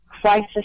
crisis